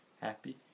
Happy